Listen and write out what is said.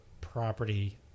property